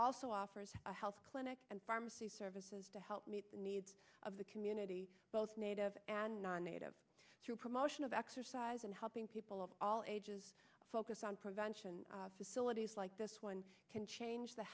also offers a health clinic and pharmacy services to help meet the needs of the community both native and non native through promotion of exercise and helping people of all ages focus on prevention facilities like this one can change the